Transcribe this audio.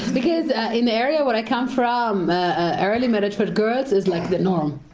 because in the area where i come from ah early marriage for girls is like the norm.